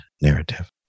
narrative